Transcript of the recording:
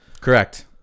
correct